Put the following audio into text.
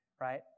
Right